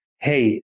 hey